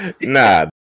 Nah